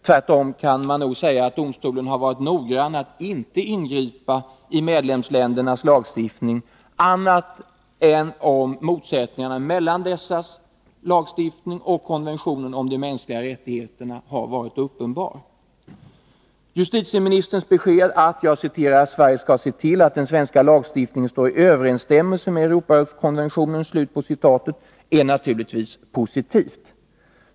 Tvärtom kan man nog säga att domstolen har varit noggrann att inte ingripa i medlemsländernas lagstiftning annat än om motsättningarna mellan dessas lagstiftning och konventionen om de mänskliga rättigheterna varit uppenbar. Justitieministerns besked att ”Sverige skall se till att den svenska lagstiftningen står i överensstämmelse med Europarådskonventionen” är naturligtvis positivt.